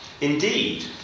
Indeed